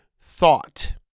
thought